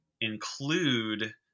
include